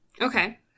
Okay